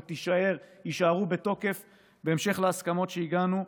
ויישארו בתוקף בהמשך להסכמות שהגענו.